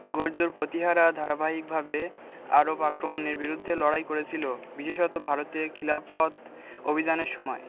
গুজ্জর প্রতিহাররা ধারাবাহিকভাবে আরব আক্রমণের বিরুদ্ধে লড়াই করেছিল বিশেষত ভারতে খিলাফত অভিযানের সময়